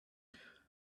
what